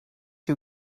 you